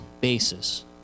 basis